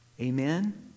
amen